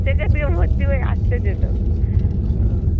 সেখান দিয়ে ভর্তি হয়ে আসছে তো হুম